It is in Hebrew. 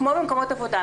כמו במקומות עבודה.